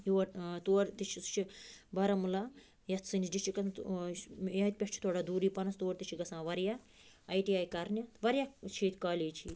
یور تور تہِ چھِ سُہ چھِ بارہمولہ یَتھ سٲنِس ڈِسٹِرٛکَس منٛز ییٚتہِ پٮ۪ٹھ چھِ تھوڑا دوٗرٕے پَہنَس تور تہِ چھِ گژھان واریاہ آی ٹی آی کرنہِ واریاہ چھِ ییٚتہِ کالیج چھِ یہ